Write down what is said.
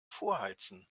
vorheizen